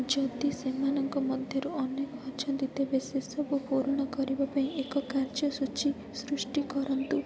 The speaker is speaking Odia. ଯଦି ସେମାନଙ୍କ ମଧ୍ୟରୁ ଅନେକ ଅଛନ୍ତି ତେବେ ସେସବୁ ପୂରଣ କରିବା ପାଇଁ ଏକ କାର୍ଯ୍ୟସୂଚୀ ସୃଷ୍ଟି କରନ୍ତୁ